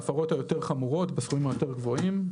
ההפרות היותר חמורות בסכומים הגבוהים יותר,